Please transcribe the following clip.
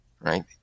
right